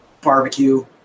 barbecue